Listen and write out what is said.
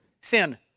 Sin